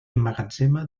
emmagatzema